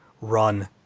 run